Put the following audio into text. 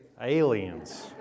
Aliens